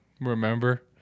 Remember